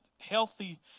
healthy